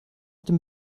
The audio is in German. dem